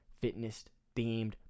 fitness-themed